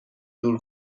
دور